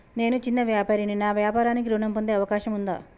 నేను చిన్న వ్యాపారిని నా వ్యాపారానికి ఋణం పొందే అవకాశం ఉందా?